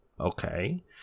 Okay